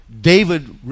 David